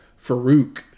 Farouk